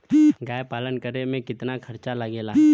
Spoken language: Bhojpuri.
गाय पालन करे में कितना खर्चा लगेला?